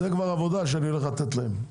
זה כבר עבודה שאני הולך לתת להם,